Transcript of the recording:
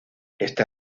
ésta